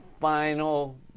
final